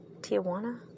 Tijuana